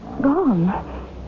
gone